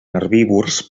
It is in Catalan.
herbívors